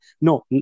no